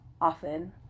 often